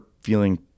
feeling